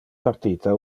partita